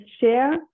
share